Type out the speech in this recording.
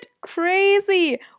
crazy